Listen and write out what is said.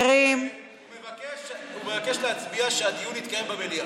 הוא מבקש להצביע שהדיון יתקיים במליאה.